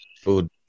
food